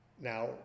Now